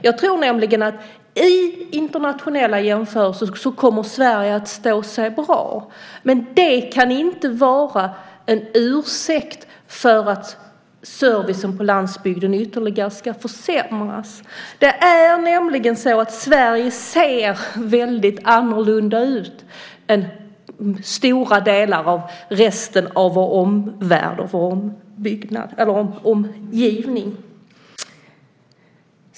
Jag tror att Sverige vid internationella jämförelser kommer att stå sig bra. Men det kan inte vara en ursäkt för att servicen på landsbygden ytterligare ska försämras. Sverige ser ju väldigt annorlunda ut jämfört med stora delar av vår omvärld och omgivning.